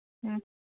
ꯎꯝ